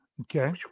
Okay